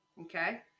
Okay